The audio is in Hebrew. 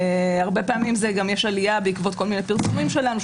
הרבה פעמים גם יש עלייה בעקבות כל מיני פרסומים שלנו,